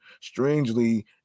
strangely